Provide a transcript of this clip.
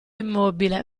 immobile